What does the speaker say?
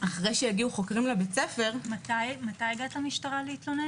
אחרי כמה זמן הגעת למשטרה להתלונן?